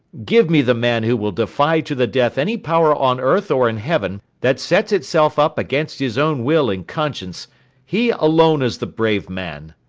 give me the man who will defy to the death any power on earth or in heaven that sets itself up against his own will and conscience he alone is the brave man.